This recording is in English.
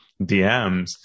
DMs